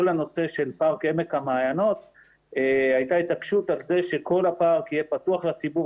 הנושא של פארק עמק המעיינות על כך שכל הפארק יהיה פתוח לציבור